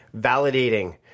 validating